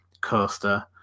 coaster